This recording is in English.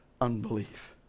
unbelief